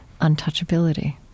untouchability